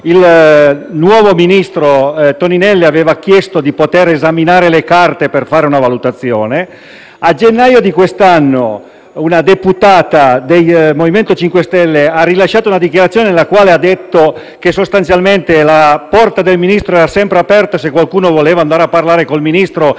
Il nuovo ministro Toninelli aveva chiesto di poter esaminare le carte per fare una valutazione e a gennaio di quest'anno una deputata del MoVimento 5 Stelle ha rilasciato una dichiarazione, nella quale ha detto che la porta del Ministro era sempre aperta e se qualcuno avesse voluto parlare col Ministro